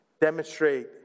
demonstrate